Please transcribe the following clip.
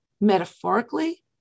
metaphorically